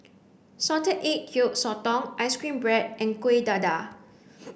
salted egg Yolk Sotong ice cream bread and Kuih Dadar